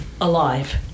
Alive